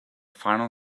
final